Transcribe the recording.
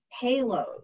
payload